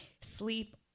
Sleep